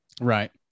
Right